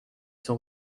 son